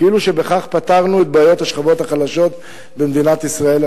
כאילו שבכך פתרנו את בעיית השכבות החלשות במדינת ישראל.